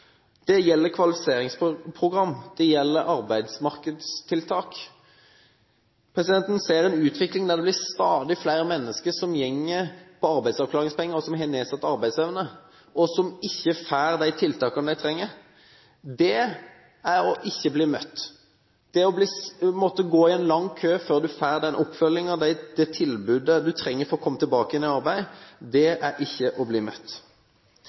Det gjelder kvalifiseringsprogram, det gjelder arbeidsmarkedstiltak. En ser en utvikling der det blir stadig flere mennesker som går på arbeidsavklaringspenger, som har nedsatt arbeidsevne og ikke får de tiltakene de trenger. Det er ikke å bli møtt. Det å måtte stå i en lang kø før du får den oppfølgingen og det tilbudet du trenger for å komme tilbake i arbeid, er ikke å bli møtt.